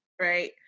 right